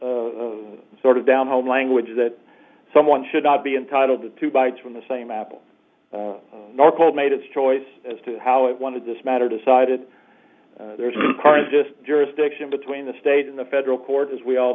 the sort of down home language that someone should not be entitled to two bites from the same apple nor called made its choice as to how it wanted this matter decided there's just jurisdiction between the state and the federal court as we all